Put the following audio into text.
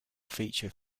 feature